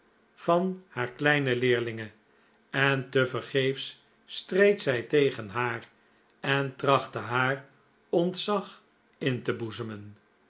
van haar kleine leerlinge en tevergeefs streed zij tegen haar en trachtte haar ontzag in te boezemen